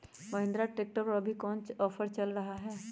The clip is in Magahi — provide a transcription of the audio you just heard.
महिंद्रा ट्रैक्टर पर अभी कोन ऑफर चल रहा है?